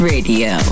Radio